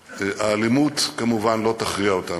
האלימות כמובן לא תכריע אותנו,